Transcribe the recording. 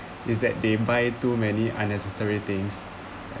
is that they buy too many unnecessary things